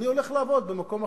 אני אלך לעבוד במקום אחר.